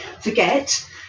forget